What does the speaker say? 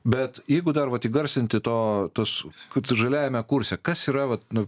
bet jeigu dar vat įgarsinti to tas kad žaliajame kurse kas yra vat nu